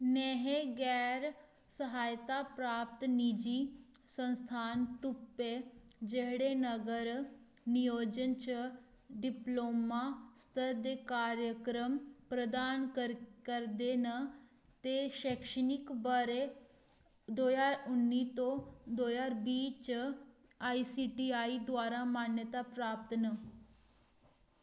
नेहे गैर स्हायता प्राप्त निजी संस्थान तुप्पे जेह्ड़े नगर नियोजन च डिप्लोमा स्तर दे कार्यक्रम प्रदान करदे न ते शैक्षणिक ब'रे दो ज्हार उन्नी तो दो ज्हार बीह् च एआईसीटीई द्वारा मान्यता प्राप्त न